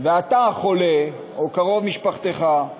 ואתה, החולה, או קרוב משפחתך,